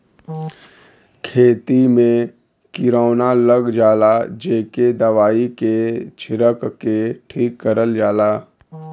खेती में किरौना लग जाला जेके दवाई के छिरक के ठीक करल जाला